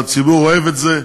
והציבור אוהב את זה.